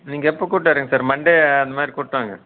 நீங்கள் எப்போ கூட்டு வரீங்க சார் மன்டே அந்த மாதிரி கூட்டுவாங்க